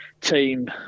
team